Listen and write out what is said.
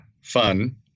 fun